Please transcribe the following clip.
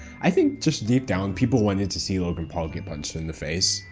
i think just deep down, people wanted to see logan paul get punched in the face.